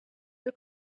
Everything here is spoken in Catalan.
del